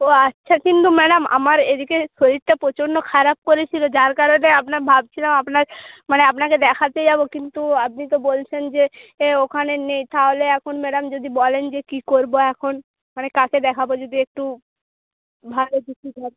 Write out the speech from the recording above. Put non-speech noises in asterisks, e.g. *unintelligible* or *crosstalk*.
ও আচ্ছা কিন্তু ম্যাডাম আমার এদিকে শরীরটা প্রচণ্ড খারাপ করেছিলো যার কারণে *unintelligible* ভাবছিলাম আপনার মানে আপনাকে দেখাতে যাবো কিন্তু আপনি তো বলছেন যে ওখানে নেই তাহলে এখন ম্যাডাম যদি বলেন যে কি করবো এখন মানে কাকে দেখাবো যদি একটু ভালো কিছু *unintelligible*